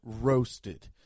roasted